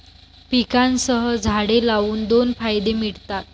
पिकांसह झाडे लावून दोन फायदे मिळतात